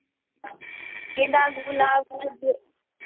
गेंदा गुलाब का जो